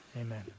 Amen